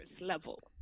level